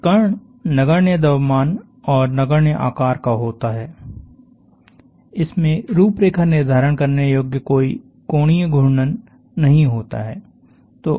एक कण नगण्य द्रव्यमान और नगण्य आकार का होता है इसमें रुपरेखा निर्धारण करने योग्य कोई कोणीय घूर्णन नहीं होता है